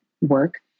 work